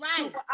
right